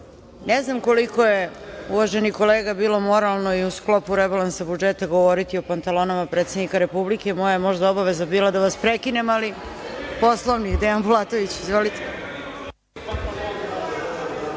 Ne znam koliko je, uvaženi kolega, bilo moralno i u sklopu rebalansa budžeta govoriti o pantalonama predsednika Republike. Moja je možda obaveza bila da vas prekinem, ali. Reč ima Dejan Bulatović, po